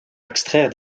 extraire